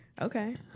Okay